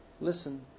Listen